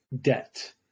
debt